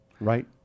right